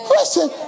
Listen